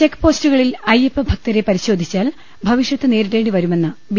ചെക്പോസ്റ്റുകളിൽ അയ്യപ്പ ഭക്തരെ പരിശോധിച്ചാൽ ഭവിഷ്യത്ത് നേരിടേണ്ടി വരുമെന്ന് ബി